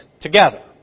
together